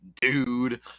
dude